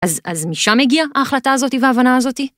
‫אז, אז משם הגיע ההחלטה הזאתי ‫וההבנה הזאתי?